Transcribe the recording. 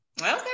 okay